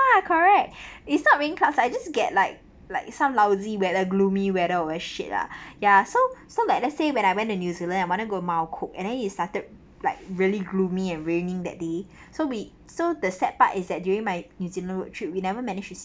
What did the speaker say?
ya correct it's not raining cloud I just get like like some lousy weather gloomy weather or very shit lah ya so so like let's say when I went to new zealand I wanna go mount cook and then it started like really gloomy and raining that day so we so the sad part is that during my new zealand work trip we never managed to see